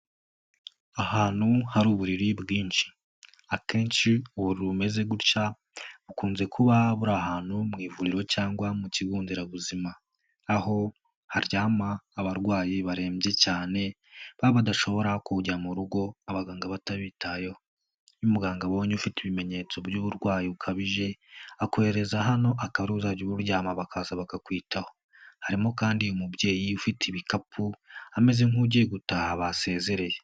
Ahantu hari uburiri bwinshi akenshi uburiri bumeze gutya bukunze kuba buri ahantu mu ivuriro cyangwa mu kigo nderabuzima, aho haryama abarwayi barembye cyane baba badashobora kujya mu rugo abaganga batabitayeho iyo umuganga abonye ufite ibimenyetso by'uburwayi bukabije, akohereza hano akaba ari ho uzajya uryama bakaza bakakwitaho, harimo kandi umubyeyi ufite ibikapu ameze nk'ugiye gutaha basezereye.